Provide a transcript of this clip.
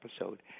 episode